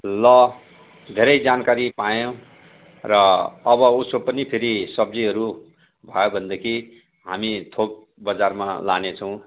ल धेरै जानकारी पायौँ र अबउसो पनि फेरि सब्जीहरू भए भनेदेखि हामी थोक बजारमा लानेछौँ